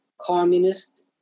communist